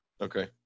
Okay